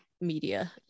media